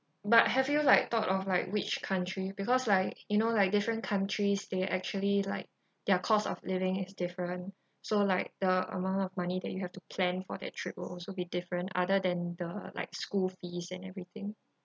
but have you like thought of like which country because like you know like different countries they actually like their cost of living is different so like the amount of money that you have to plan for that trip will also be different other than the like school fees and everything